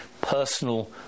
personal